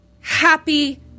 happy